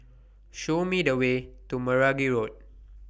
Show Me The Way to Meragi Road